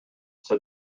said